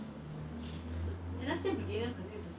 他觉得 like 自己做 and then 自己学